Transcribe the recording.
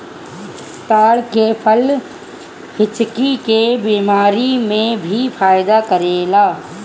ताड़ के फल हिचकी के बेमारी में भी फायदा करेला